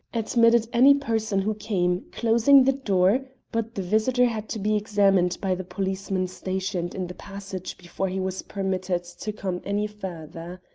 admitted any person who came, closing the door but the visitor had to be examined by the policeman stationed in the passage before he was permitted to come any further.